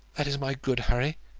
that is my good harry.